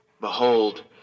Behold